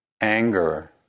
anger